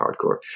hardcore